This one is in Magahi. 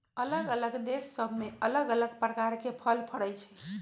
अल्लग अल्लग देश सभ में अल्लग अल्लग प्रकार के फल फरइ छइ